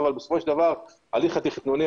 אבל בסופו של דבר ההליך התכנוני,